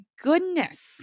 goodness